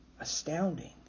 astounding